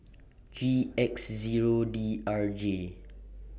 G X Zero D R J